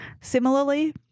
Similarly